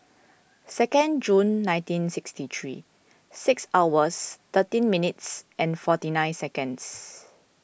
second June nineteen sixty three six hours thirteen minutes and forty nine seconds